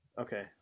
Okay